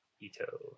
Ito